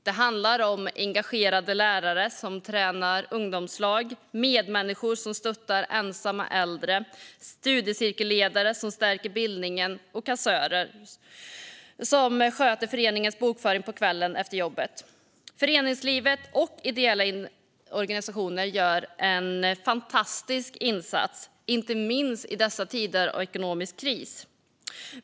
Det handlar om engagerade ledare som tränar ungdomslag, medmänniskor som stöttar ensamma äldre, studiecirkelledare som stärker bildningen och kassörer som sköter föreningens bokföring på kvällen efter jobbet. Föreningslivet och ideella organisationer gör en fantastisk insats, inte minst i dessa tider av ekonomisk kris.